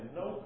no